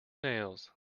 nails